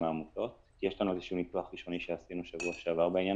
יש לנו ניתוח ראשוני שעשינו בשבוע שעבר בעניין